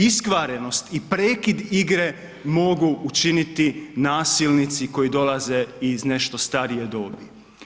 Iskvarenost i prekid igre mogu učiniti nasilnici koji dolaze iz nešto starije dobiti.